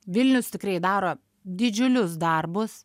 vilnius tikrai daro didžiulius darbus